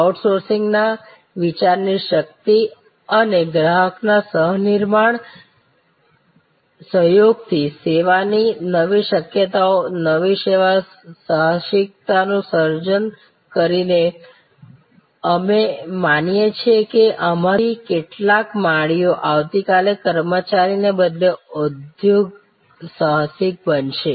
crowd sourcing ના વિચાર ની શક્તિ અને ગ્રાહક ના સહનિર્માણ સહયોગ થી સેવાની નવી શક્યતાઓ નવી સેવા સાહસિકતાનું સર્જન કરી અમે માનીએ છીએ કે આમાંથી કેટલાક માળીઓ આવતીકાલે કર્મચારીને બદલે ઉદ્યોગસાહસિક બનશે